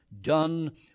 done